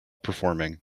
performing